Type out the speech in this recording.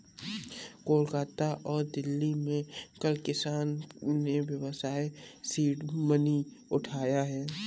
कोलकाता और दिल्ली में कल किसान ने व्यवसाय सीड मनी उठाया है